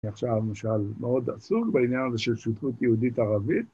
עכשיו נשאל מאוד עצוב בעניין הזה של שותפות יהודית ערבית